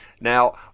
now